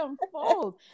unfold